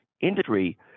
industry